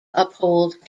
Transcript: uphold